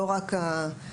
לא רק הארגוניות.